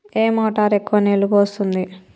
ఏ motor ఎక్కువ నీళ్లు పోస్తుంది?